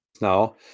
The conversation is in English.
now